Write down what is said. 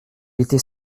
était